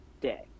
day